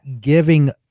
giving